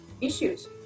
issues